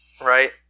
right